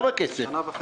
שנה וחצי.